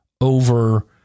over